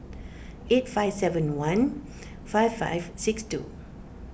eight five seven one five five six two